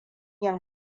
yin